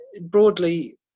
broadly